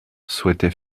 souhaitait